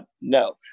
No